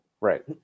Right